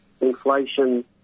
inflation